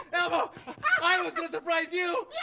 elmo. i was gonna surprise you